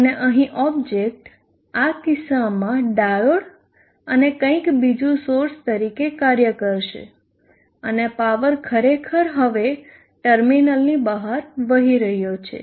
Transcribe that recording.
અને અહીં ઓબ્જેક્ટ આ કિસ્સામાં ડાયોડ અને કંઈક બીજું સોર્સ તરીકે કાર્ય કરશે અને પાવર ખરેખર હવે ટર્મિનલની બહાર વહી રહ્યો છે